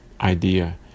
idea